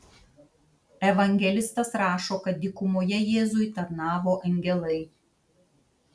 evangelistas rašo kad dykumoje jėzui tarnavo angelai